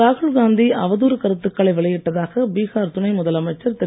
ராகுல்காந்தி அவதூறு கருத்துக்களை வெளியிட்டதாக பீஹார் துணை முதலமைச்சர் திரு